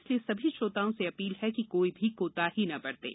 इसलिए सभी श्रोताओं से अपील है कि कोई भी कोताही न बरतें